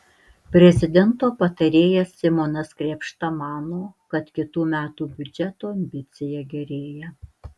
prezidento patarėjas simonas krėpšta mano kad kitų metų biudžeto ambicija gerėja